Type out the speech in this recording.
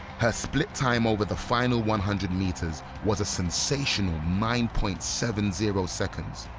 her split time over the final one hundred metres was a sensational nine point seven zero seconds.